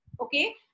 Okay